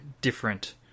different